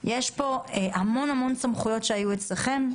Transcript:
יש פה המון סמכויות שהיו אצלכם,